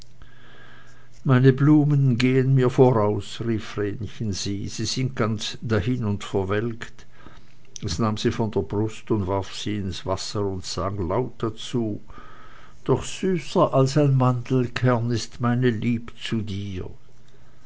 meine blumen gehen mir voraus rief vrenchen sieh sie sind ganz dahin und verwelkt es nahm sie von der brust warf sie ins wasser und sang laut dazu doch süßer als ein mandelkern ist meine lieb zu dir